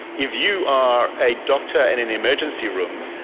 if you are a doctor in an emergency room,